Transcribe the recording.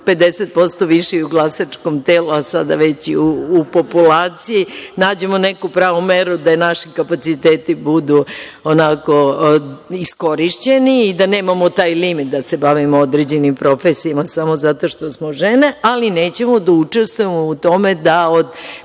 50% više i u glasačkom telu, a sada već i u populaciji, nađemo neku pravu meru da i naši kapaciteti budu onako iskorišćeni i da nemamo taj limit da se bavimo određenim profesijama samo zato što smo žene, ali nećemo da učestvujemo u tome da od